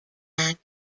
act